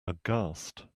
aghast